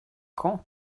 camp